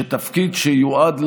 שתפקיד שיועד להם,